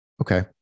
Okay